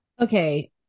okay